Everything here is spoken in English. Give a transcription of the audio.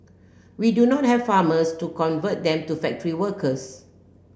we do not have farmers to convert them to factory workers